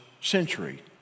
century